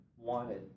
Wanted